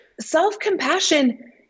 Self-compassion